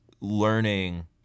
learning